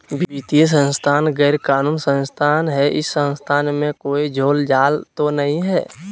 वित्तीय संस्था गैर कानूनी संस्था है इस संस्था में कोई झोलझाल तो नहीं है?